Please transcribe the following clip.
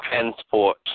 transport